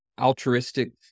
altruistic